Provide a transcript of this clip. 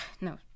No